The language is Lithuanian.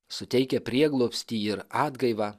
suteikia prieglobstį ir atgaivą